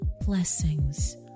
blessings